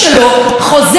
נאום אחרי נאום,